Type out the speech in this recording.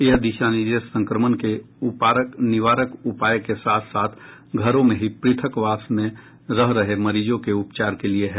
यह दिशा निर्देश संक्रमण के निवारक उपाय के साथ साथ घरों में ही पृथकवास में रह रहे मरीजों के उपचार के लिए हैं